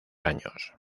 años